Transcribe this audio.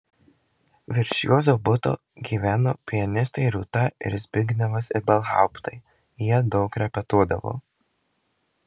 virš juozo buto gyveno pianistai rūta ir zbignevas ibelhauptai jie daug repetuodavo